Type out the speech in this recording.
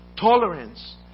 tolerance